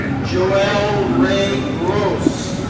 joelle rae gross.